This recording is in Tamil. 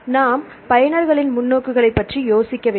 நாம் பயனர்களின் முன்னோக்குகளைப் பற்றி யோசிக்க வேண்டும்